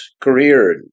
career